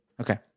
Okay